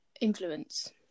influence